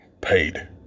paid